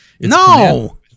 No